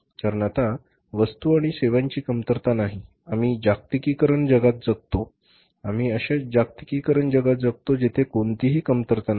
कारण आता वस्तू आणि सेवांची कमतरता नाही आम्ही जागतिकीकरण जगात जगतो आम्ही अशा जागतिकीकरण जगात जगतो जेथे कोणतीही कमतरता नाही